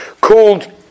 called